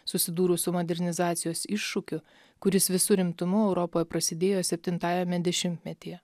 susidūrus su modernizacijos iššūkiu kuris visu rimtumu europoje prasidėjo septintajame dešimtmetyje